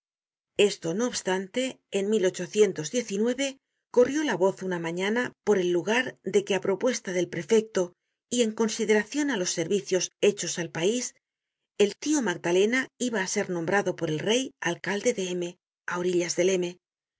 esto no obstante en corrió la voz una mañana por el lugar de que á propuesta del prefecto y en consideracion á los servicios hechos al pais el tio magdalena iba á ser nombrado por el rey alcalde de m á orillas del